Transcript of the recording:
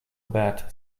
bed